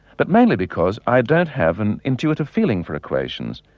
but mainly because i don't have an intuitive feeling for equations.